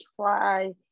try